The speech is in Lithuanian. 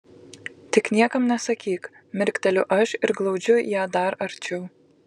tik niekam nesakyk mirkteliu aš ir glaudžiu ją dar arčiau